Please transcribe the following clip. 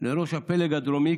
לראש הפלג הדרומי.